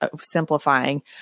simplifying